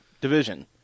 division